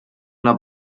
una